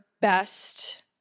best